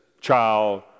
child